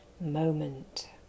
moment